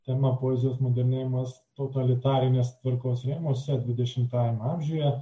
tema poezijos modernėjimas totalitarinės tvarkos rėmuose dvidešimtajame amžiuje